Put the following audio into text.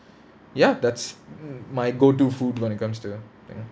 ya that's m~ my go to food when it comes to you know